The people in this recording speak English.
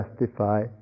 justify